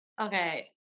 Okay